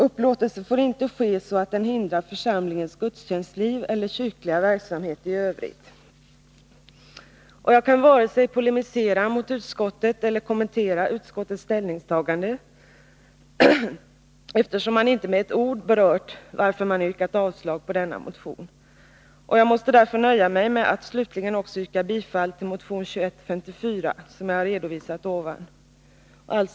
Upplåtelse får inte ske så att den hindrar församlingens gudstjänstliv eller kyrkliga verksamhet i övrigt.” Jag kan varken polemisera mot utskottet eller kommentera utskottets ställningstagande, eftersom man inte med ett ord har berört varför man har yrkat avslag på denna motion. Jag måste därför nöja mig med att slutligen också yrka bifall till motion 2154, som jag här har redovisat. Herr talman!